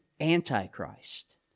antichrist